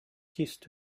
kissed